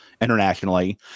internationally